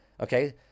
okay